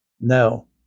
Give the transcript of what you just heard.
no